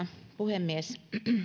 puhemies